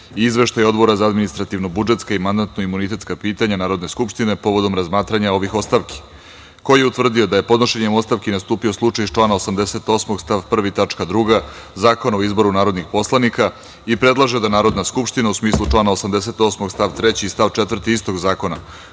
Izveštaj Odbora za administrativno-budžetska i mandatno-imunitetska pitanja Narodne skupštine povodom razmatranja ovih ostavki, koji je utvrdio da je podnošenje ostavki nastupio slučaj iz člana 88. stav 1. tačka 2. Zakona o izboru narodnih poslanika i predlaže da Narodna skupština, u smislu člana 88. stav 3. i stav 4. istog zakona,